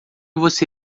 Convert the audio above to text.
você